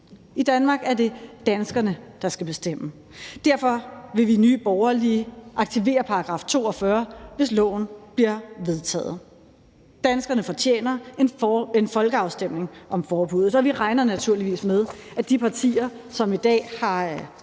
I Danmark er det danskerne, der skal bestemme. Derfor vil vi i Nye Borgerlige aktivere § 42, hvis loven bliver vedtaget. Danskerne fortjener en folkeafstemning om forbuddet, og vi regner naturligvis med, at de partier, som i dag har